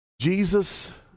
Jesus